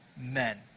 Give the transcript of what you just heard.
men